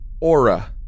Aura